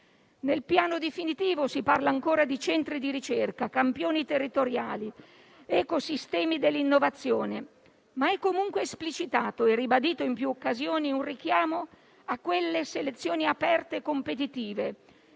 Nel piano definitivo si parla ancora di centri di ricerca, campioni territoriali, ecosistemi dell'innovazione, ma è comunque esplicitato e ribadito in più occasioni un richiamo a quelle selezioni aperte e competitive